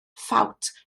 ffawt